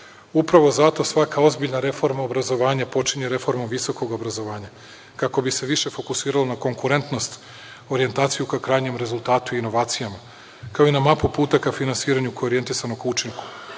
Upravo zato svaka ozbiljna reforma obrazovanja počinje reformom visokog obrazovanja, kako bi se više fokusirali na konkurentnost, orijentaciju ka krajnjem rezultatu, inovacijama, kao i na mapu puta ka finansiranju koje je orijentisano po